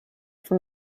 for